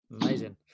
Amazing